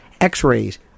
X-rays